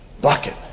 bucket